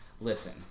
listen